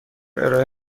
ارائه